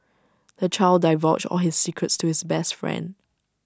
the child divulged all his secrets to his best friend